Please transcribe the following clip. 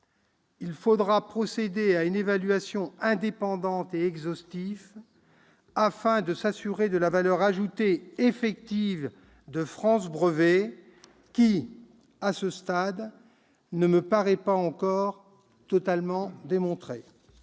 il faudra procéder à une évaluation indépendante et exhaustive, afin de s'assurer de la valeur ajoutée effective de France Brevets, qui, à ce stade, ne me paraît pas encore totalement démontrée.